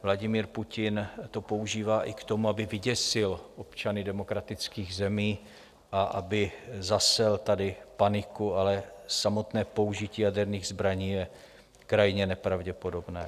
Vladimír Putin to používá i k tomu, aby vyděsil občany demokratických zemí a aby zasel tady paniku, ale samotné použití jaderných zbraní je krajně nepravděpodobné.